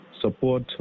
support